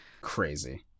crazy